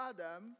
Adam